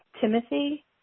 Timothy